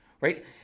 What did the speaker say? right